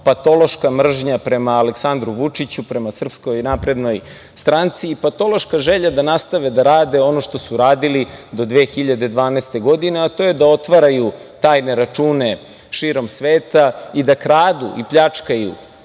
patološka mržnja prema Aleksandru Vučiću, prema Srpskoj naprednoj stranci i patološka želja da nastave da rade ono što su radili do 2012. godine, a to je da otvaraju tajne račune širom sveta i da kradu i pljačkaju